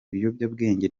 ibiyobyabwenge